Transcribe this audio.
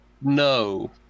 No